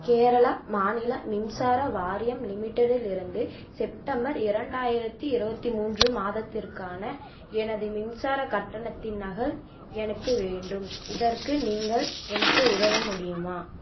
கேரளா மாநில மின்சார வாரியம் லிமிடெடிலிருந்து செப்டம்பர் இரண்டாயிரத்தி இருபத்தி மூன்று மாதத்திற்கான எனது மின்சார கட்டணத்தின் நகல் எனக்கு வேண்டும் இதற்கு நீங்கள் எனக்கு உதவ முடியுமா